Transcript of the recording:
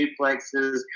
duplexes